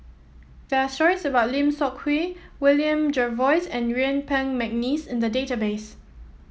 there are stories about Lim Seok Hui William Jervois and Yuen Peng McNeice in the database